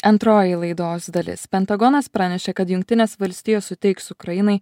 antroji laidos dalis pentagonas pranešė kad jungtinės valstijos suteiks ukrainai